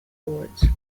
awards